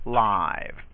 live